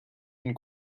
and